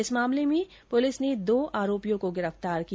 इस मामले में पुलिस ने दो आरोपियों को गिरफ्तार किया